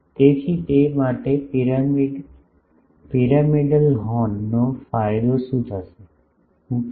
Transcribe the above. તેથી તે માટે પિરામિડલ હોર્નનો ફાયદો શું થશે હું 10